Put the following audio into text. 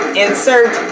insert